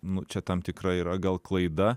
nu čia tam tikra yra gal klaida